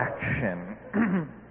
action